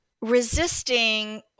resisting